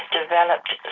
developed